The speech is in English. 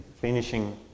finishing